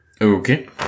Okay